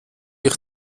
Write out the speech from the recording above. ich